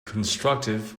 constructive